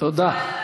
בהחלט.